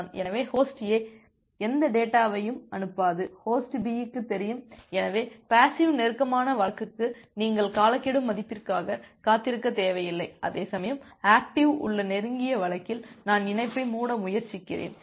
எனவே host A எந்த டேட்டாவையும் அனுப்பாது ஹோஸ்ட் B க்கு தெரியும் எனவே பேசிவ் நெருக்கமான வழக்குக்கு நீங்கள் காலக்கெடு மதிப்பிற்காக காத்திருக்க தேவையில்லை அதேசமயம் ஆக்டிவ் உள்ள நெருங்கிய வழக்கில் நான் இணைப்பை மூட முயற்சிக்கிறேன்